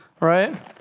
right